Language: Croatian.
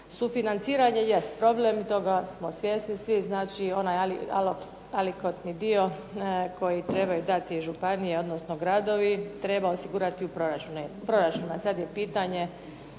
Sufinanciranje jest problema, toga smo svjesni svi, znači onaj alikotni dio koji trebaju dati županije, odnosno gradovi, treba osigurati u proračunu, a sad je pitanje